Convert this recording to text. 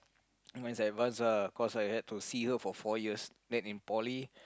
cause I had to see her for four years then in poly